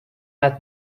متن